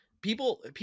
people